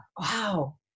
wow